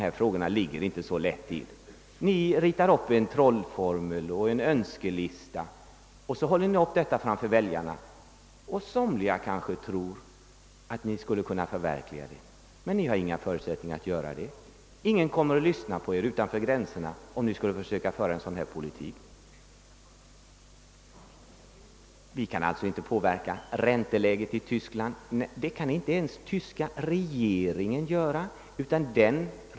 Dessa frågor är inte så enkla. Ni ritar upp en trollformel, gör upp en önskelista och så håller ni upp den framför väljarna. Somliga kanske tror att ni skulle kunna förverkliga detta. Men det har ni inga förutsättningar att göra. Ingen skulle lyssna på er utanför Sveriges gränser, om ni skulle försöka föra en sådan politik. Ni kan inte påverka ränteläget i Tyskland. Det kan inte ens tyska regeringen göra.